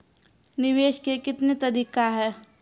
निवेश के कितने तरीका हैं?